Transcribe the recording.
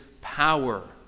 power